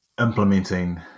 implementing